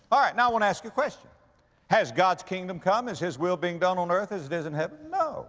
alright, now i want to ask you a question has god's kingdom come? is his will being done on earth as it is in heaven? no